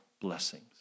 blessings